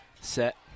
set